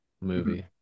movie